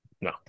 No